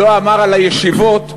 לא אמר על הישיבות,